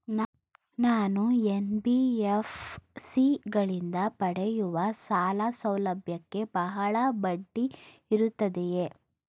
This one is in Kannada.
ನಾನು ಎನ್.ಬಿ.ಎಫ್.ಸಿ ಗಳಿಂದ ಪಡೆಯುವ ಸಾಲ ಸೌಲಭ್ಯಕ್ಕೆ ಬಹಳ ಬಡ್ಡಿ ಇರುತ್ತದೆಯೇ?